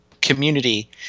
community